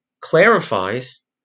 clarifies